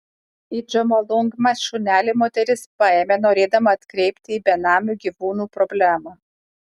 į džomolungmą šunelį moteris paėmė norėdama atkreipti į benamių gyvūnų problemą